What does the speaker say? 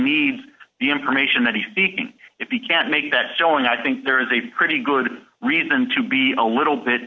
needs the information that he's being if he can't make that showing i think there is a pretty good reason to be a little bit